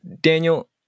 Daniel